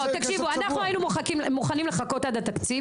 אנחנו היינו מוכנים לחכות עד התקציב